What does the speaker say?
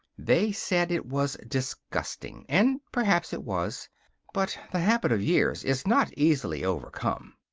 they said it was disgusting and perhaps it was but the habit of years is not easily overcome.